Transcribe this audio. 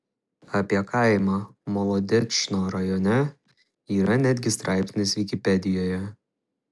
apie kaimą molodečno rajone yra netgi straipsnis vikipedijoje